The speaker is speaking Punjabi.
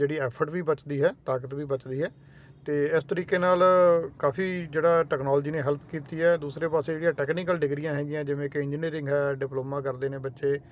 ਜਿਹੜੀ ਐਫਰਟ ਵੀ ਬਚਦੀ ਹੈ ਤਾਕਤ ਵੀ ਬਚਦੀ ਹੈ ਅਤੇ ਇਸ ਤਰੀਕੇ ਨਾਲ ਕਾਫੀ ਜਿਹੜਾ ਟੈਕਨੋਲਜੀ ਨੇ ਹੈਲਪ ਕੀਤੀ ਹੈ ਦੂਸਰੇ ਪਾਸੇ ਜਿਹੜੀਆਂ ਟੈਕਨੀਕਲ ਡਿਗਰੀਆਂ ਹੈਗੀਆਂ ਜਿਵੇਂ ਕਿ ਇੰਜੀਨੀਅਰਿੰਗ ਹੈ ਡਿਪਲੋਮਾ ਕਰਦੇ ਨੇ ਬੱਚੇ